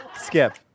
Skip